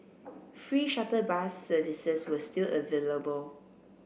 free shuttle bus services were still available